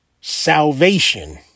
salvation